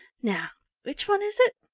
now which one is it?